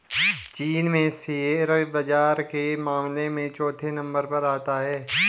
चीन शेयर बाजार के मामले में चौथे नम्बर पर आता है